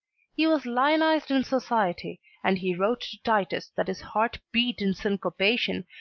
he was lionized in society and he wrote to titus that his heart beat in syncopation,